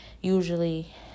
usually